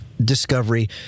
discovery